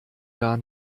gar